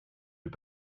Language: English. had